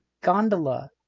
gondola